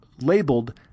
labeled